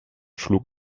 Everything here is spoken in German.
schlug